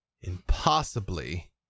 impossibly